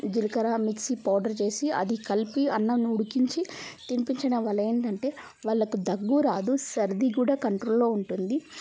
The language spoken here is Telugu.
జీలకర్ర మిక్సి పౌడర్ చేసి అది కలిపి అన్నంను ఉడికించి తినిపించిన వాళ్ళు ఏంటంటే వాళ్ళకు దగ్గు రాదు సర్ది కూడా కంట్రోల్లో ఉంటుంది